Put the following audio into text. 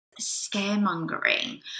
scaremongering